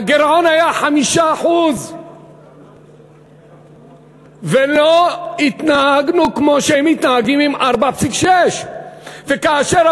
הגירעון היה 5%. ולא התנהגנו כמו שהם מתנהגים עם 4.6%. וכאשר,